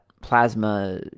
plasma